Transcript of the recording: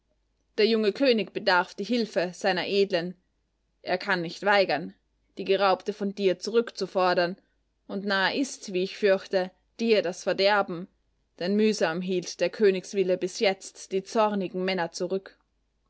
der junge könig bedarf die hilfe seiner edlen er kann nicht weigern die geraubte von dir zurückzufordern und nahe ist wie ich fürchte dir das verderben denn mühsam hielt der königswille bis jetzt die zornigen männer zurück